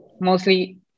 mostly